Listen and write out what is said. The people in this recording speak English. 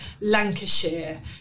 Lancashire